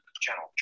Channel